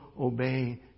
obey